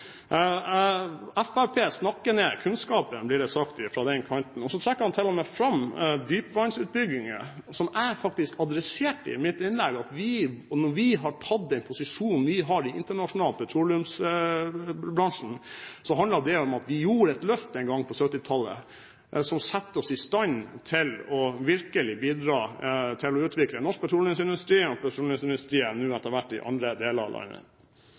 Fremskrittspartiet snakker ned kunnskapen, blir det sagt fra den kanten, og så trekker han til og med fram dypvannsutbygginger, som jeg faktisk adresserte i mitt innlegg – at når vi har tatt den posisjonen vi har internasjonalt i petroleumsbransjen, handler det om at vi gjorde et løft den gangen på 1970-tallet som setter oss i stand til virkelig å bidra til å utvikle norsk petroleumsindustri og petroleumsindustrien nå etter hvert i andre deler av landet.